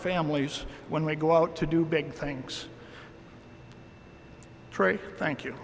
families when we go out to do big things thank you